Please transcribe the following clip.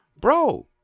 bro